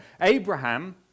Abraham